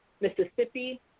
Mississippi